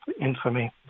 infamy